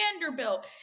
Vanderbilt